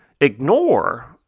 ignore